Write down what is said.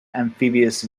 amphibious